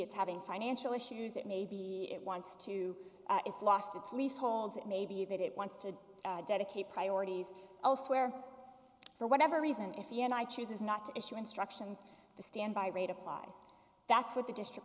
it's having financial issues that maybe it wants to it's lost its lease hold it may be that it wants to dedicate priorities elsewhere for whatever reason if he and i chooses not to issue instructions the standby rate applies that's what the district